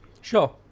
Sure